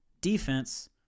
defense